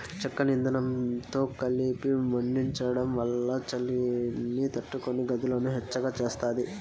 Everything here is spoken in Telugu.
చెక్కను ఇందనంతో కలిపి మండించడం వల్ల చలిని తట్టుకొని గదులను వెచ్చగా చేస్తాది